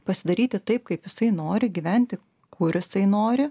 pasidaryti taip kaip jisai nori gyventi kur jisai nori